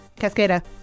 Cascada